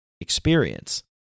experience